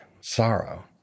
sorrow